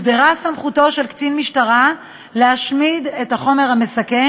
הוסדרה סמכותו של קצין משטרה להשמיד את החומר המסכן,